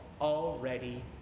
already